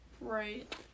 Right